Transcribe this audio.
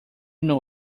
know